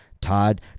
Todd